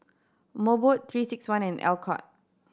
Mobot Three Six One and Alcott